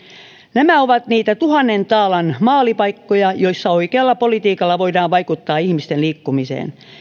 nämä ovat niitä tuhannen taalan maalipaikkoja joissa oikealla politiikalla voidaan vaikuttaa ihmisten liikkumiseen